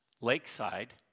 Lakeside